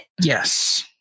Yes